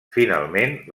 finalment